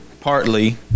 partly